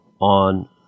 on